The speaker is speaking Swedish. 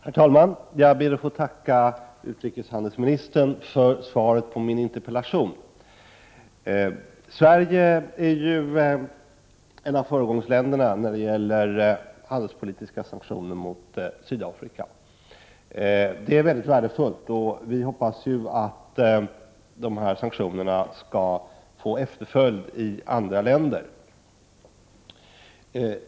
Herr talman! Jag ber att få tacka utrikeshandelsministern för svaret på min interpellation. Sverige är ett av föregångsländerna när det gäller handelspolitiska sanktioner mot Sydafrika. Detta är mycket värdefullt. Vi hoppas att dessa sanktioner skall få efterföljd i andra länder.